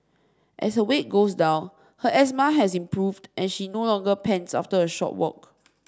as her weight goes down her asthma has improved and she no longer pants after a short walk